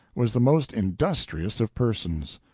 was the most industrious of persons.